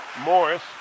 Morris